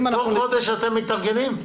תוך חודש אתם מתארגנים?